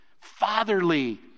Fatherly